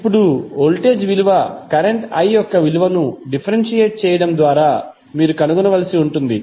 ఇప్పుడు వోల్టేజ్ విలువ current i యొక్క విలువను డిఫరెన్షియేట్ చేయడం ద్వారా మీరు కనుగొనవలసి ఉంటుంది